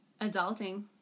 adulting